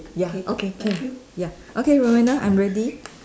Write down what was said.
ya okay can ya okay Roanna I'm ready